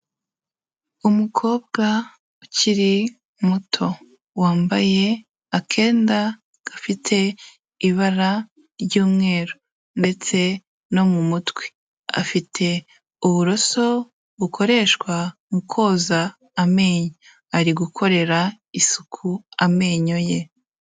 Umukobwa ukiri muto, wambaye akenda gafite ibara ry'umweru ndetse no mu mutwe, afite uburoso bukoreshwa mu koza amenyo ari gukorera isuku amenyo ye.